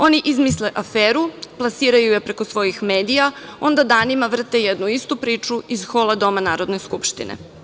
Oni izmisle aferu, plasiraju je preko svojih medija, onda danima vrte jednu istu priču iz hola doma Narodne skupštine.